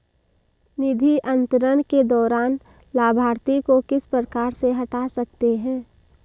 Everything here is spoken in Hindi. निधि अंतरण के दौरान लाभार्थी को किस प्रकार से हटा सकते हैं?